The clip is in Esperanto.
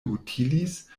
utilis